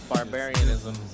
Barbarianism